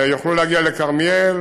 ויוכלו להגיע לכרמיאל,